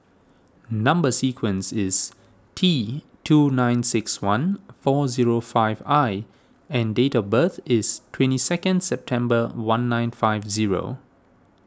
Number Sequence is T two nine six one four zero five I and date of birth is twenty second September one nine five zero